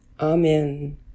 Amen